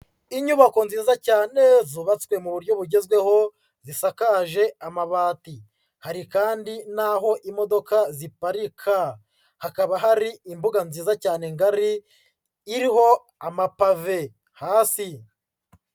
Inyubako nziza cyane zubatswe mu buryo bugezweho zisakaje amabati, hari kandi n'aho imodoka ziparika, hakaba hari imbuga nziza cyane ngari iriho amapave hasi.